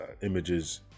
images